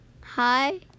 Hi